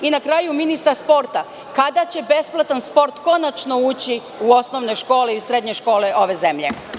Na kraju, pitanje za ministra sporta – kada će besplatan sport konačno ući u osnovne škole i srednje škole ove zemlje?